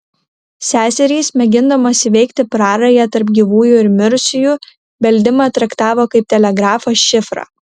seserys mėgindamos įveikti prarają tarp gyvųjų ir mirusiųjų beldimą traktavo kaip telegrafo šifrą